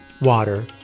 water